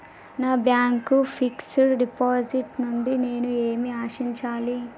నా bank fixed deposit నుండి నేను ఏమి ఆశించాలి?